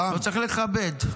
צריך לכבד.